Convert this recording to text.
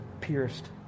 pierced